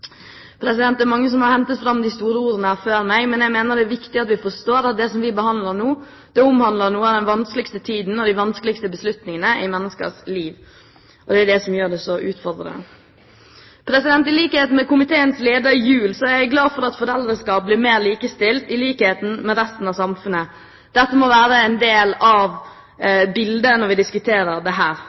Det er mange som har hentet fram de store ordene før meg, men jeg mener det er viktig at vi forstår at det som vi behandler nå, omhandler noe av den vanskeligste tiden og de vanskeligste beslutningene i menneskers liv. Det er det som gjør det så utfordrende. I likhet med komiteens leder, Gunn Karin Gjul, er jeg glad for at foreldre skal bli mer likestilt, i likhet med resten av samfunnet. Dette må være en del av bildet når vi diskuterer dette. Det